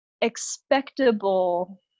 expectable